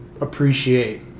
appreciate